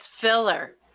filler